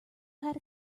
held